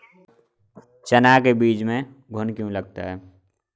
चना के बीज में घुन क्यो लगता है?